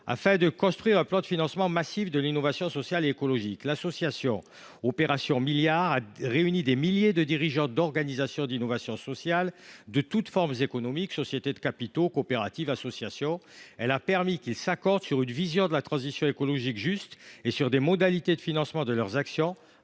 Afin de construire un plan de financement massif de l’innovation sociale et écologique, l’association Opération Milliard a réuni des milliers de dirigeants d’organisations d’innovation sociale de toutes formes économiques – sociétés de capitaux, coopératives, associations. Elle a permis qu’ils s’accordent sur une vision de la transition écologique juste et sur des modalités de financement de leurs actions